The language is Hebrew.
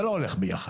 זה לא הולך ביחד.